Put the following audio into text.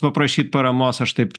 paprašyt paramos aš taip